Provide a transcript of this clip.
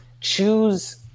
choose